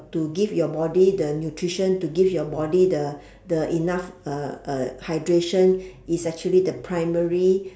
to give your body the nutrition to give your body the the enough uh uh hydration is actually the primary